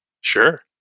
Sure